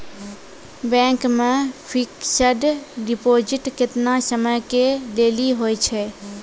Bank मे fixed deposit केतना समय के लेली होय छै?